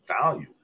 value